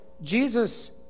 Jesus